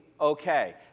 okay